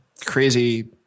Crazy